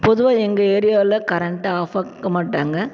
பொதுவாக எங்கள் ஏரியாவில் கரண்ட்டை ஆஃப் ஆக்கமாட்டாங்க